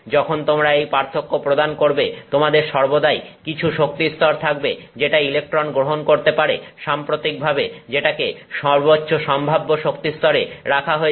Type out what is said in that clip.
যখন তোমরা এই পার্থক্য প্রদান করবে তোমাদের সর্বদাই কিছু শক্তিস্তর থাকবে যেটা ইলেকট্রন গ্রহণ করতে পারে সাম্প্রতিকভাবে যেটাকে সর্বোচ্চ সম্ভাব্য শক্তিস্তরে রাখা হয়েছে